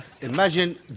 Imagine